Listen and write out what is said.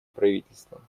правительства